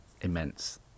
immense